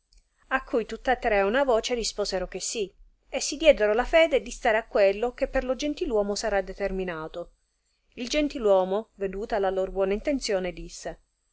a cui tutta tre a una voce risposero che sì e si diedero la fede di star a quello che per lo gentil uomo sarà determinato il gentil uomo veduta la lor buona intenzione disse